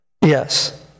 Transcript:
Yes